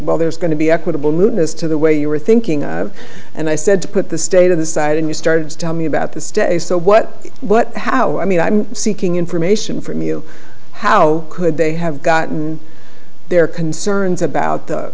well there's going to be equitable moon as to the way you were thinking and i said to put the state in the side and you started to tell me about the stay so what what how i mean i'm seeking information from you how could they have gotten their concerns about the